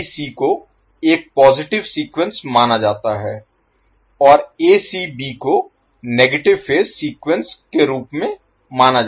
ABC को एक positive sequence माना जाता है और एसीबी को नेगेटिव फेज सीक्वेंस के रूप में माना जाता है